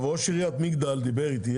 ראש עיריית מגדל דיבר איתי,